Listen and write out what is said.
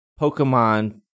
Pokemon